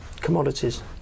commodities